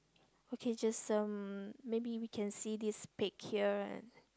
okay just um maybe we can see this pig here and